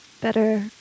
better